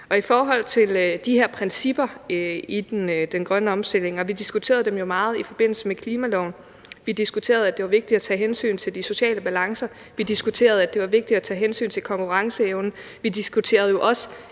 på to ben dér. De her principper i den grønne omstilling diskuterede vi jo meget i forbindelse med klimaloven. Vi diskuterede, at det var vigtigt at tage hensyn til de sociale balancer. Vi diskuterede, at det var vigtigt at tage hensyn til konkurrenceevnen. Vi diskuterede også,